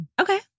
Okay